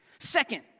Second